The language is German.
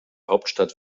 hauptstadt